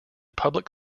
public